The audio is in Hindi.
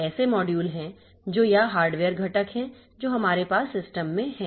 ऐसे मॉड्यूल हैं जो या हार्डवेयर घटक हैं जो हमारे पास सिस्टम में हैं